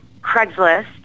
Craigslist